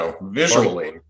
visually